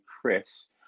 chris